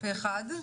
פה אחד.